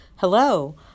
Hello